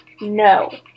no